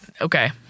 Okay